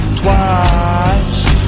twice